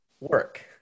work